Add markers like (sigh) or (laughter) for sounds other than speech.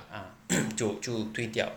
啊 (noise) 就就退掉